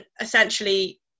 essentially